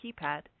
keypad